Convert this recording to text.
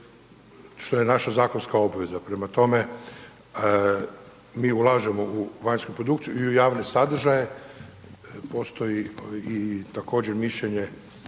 što je naša zakonska obveza. Prema tome, mi ulažemo u vanjsku produkciju i u javne sadržaje, postoji također mišljenje